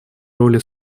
роли